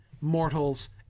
mortals